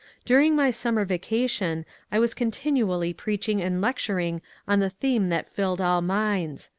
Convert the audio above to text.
during my summer vacation i was continually preaching and lecturing on the theme that filled all minds.